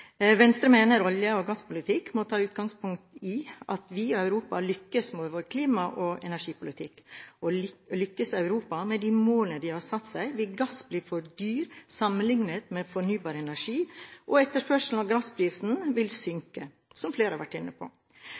Venstre mener norsk olje- og gasspolitikk må ta utgangspunkt i at vi og Europa lykkes med vår klima- og energipolitikk. Lykkes Europa med de målene de har satt seg, vil gass fort bli for dyr sammenlignet med fornybar energi, og etterspørselen og gassprisene vil – som flere har vært inne på